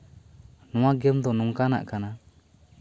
ᱱᱚᱣᱟ ᱜᱮᱢ ᱫᱚ ᱱᱚᱝᱠᱟᱱᱟᱜ ᱠᱟᱱᱟ